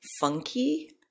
funky